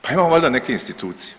Pa imamo valjda neke institucije.